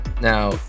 Now